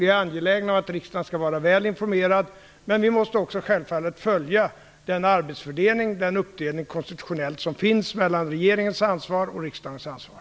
Vi är angelägna om att riksdagen är väl informerad, men vi måste självfallet också följa den arbetsfördelning och den uppdelning konstitutionellt som finns mellan regeringens och riksdagens ansvar.